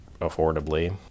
affordably